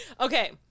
Okay